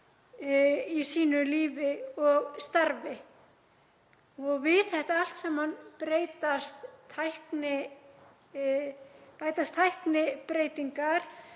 í sínu lífi og starfi. Við þetta allt saman bætast tæknibreytingar